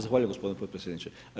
Zahvaljujem gospodine potpredsjedniče.